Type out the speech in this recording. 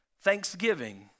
thanksgiving